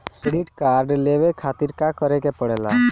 Credit card लेवे के खातिर का करेके पड़ेला?